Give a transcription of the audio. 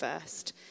first